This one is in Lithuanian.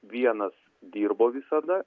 vienas dirbo visada